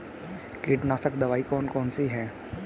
कीटनाशक दवाई कौन कौन सी हैं?